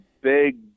big